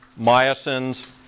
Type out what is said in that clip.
myosins